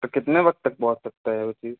تو کتنے وقت تک پہنچ سکتا ہے وہ چیز